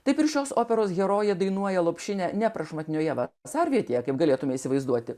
taip ir šios operos herojė dainuoja lopšinę neprašmatnioje vasarvietėje kaip galėtumei įsivaizduoti